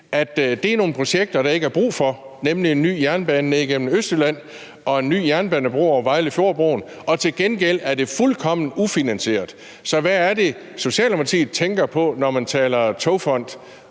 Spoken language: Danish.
at det er nogle projekter, som der ikke er brug for, nemlig en ny jernbane ned igennem Østjylland og en ny jernbanebro over Vejle Fjord, og til gengæld er de fuldkommen ufinansierede. Så hvad er det, Socialdemokratiet tænker på, når man taler om